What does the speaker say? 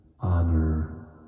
honor